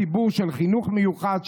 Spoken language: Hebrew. ציבור של חינוך מיוחד,